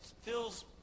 feels